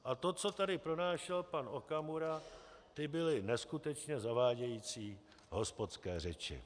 A to, co tady pronášel pan Okamura, to byly neskutečně zavádějící hospodské řeči.